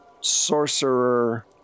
sorcerer